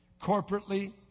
corporately